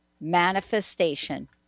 manifestation